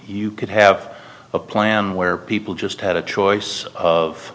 you could have a plan where people just had a choice of